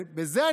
בזה,